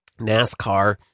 NASCAR